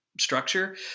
structure